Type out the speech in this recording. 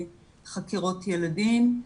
חקירות ילדים,